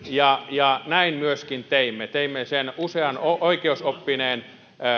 ja ja näin myöskin teimme teimme sen usean oikeusoppineen